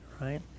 right